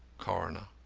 coroner